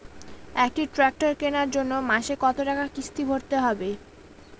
একটি ট্র্যাক্টর কেনার জন্য মাসে কত টাকা কিস্তি ভরতে হবে?